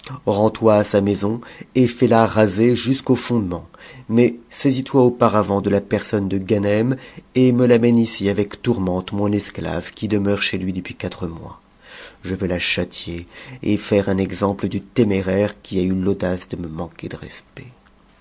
rends-toi à sa maison et fais-la raser jusqu'aux fondements mais saisis toi auparavant de la personne de ganem et me l'amène ici avec tourmente mon esclave qui demeure chez lui depuis quatre mois je veux la châtier et faire un exemple du téméraire qui a eu l'audace de me manquer de respect